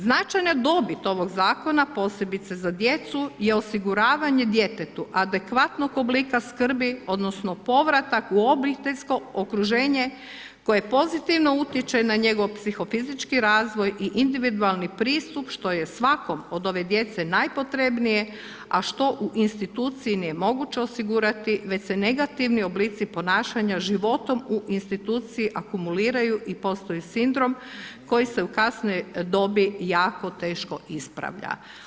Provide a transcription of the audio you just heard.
Značajna dobit ovog zakona posebice za djecu je osiguravanje djetetu adekvatnog oblika skrbi, odnosno, povratak u obiteljsko okruženje koje pozitivno utječe na njegov psihofizički razvoj i individualni pristup što je svakom od ove djece nepotrebnije a što u institucija nije moguće osigurati već se negativni oblici ponašanja životom u institucija akumuliraju i postoji sindrom koji se u kasnijoj dobi jako teško ispravlja.